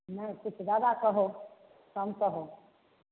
नहि किछु जादा छऽ हो कम करहो